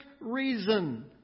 reason